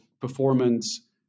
performance